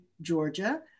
Georgia